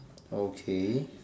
okay